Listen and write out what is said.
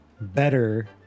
better